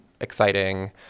exciting